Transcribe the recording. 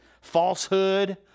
falsehood